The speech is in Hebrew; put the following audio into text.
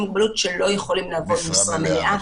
מוגבלות שלא יכולים לעבוד במשרה מלאה.